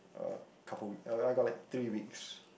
a couple week uh I got like three weeks